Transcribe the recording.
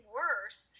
worse